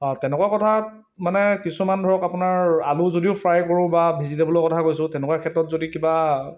তেনেকুৱা কথাত মানে কিছুমান ধৰক আপোনাৰ আলু যদিও ফ্ৰাই কৰোঁ বা ভেজিটেবুলৰ কথা কৈছোঁ তেনেকুৱা ক্ষেত্ৰত যদি কিবা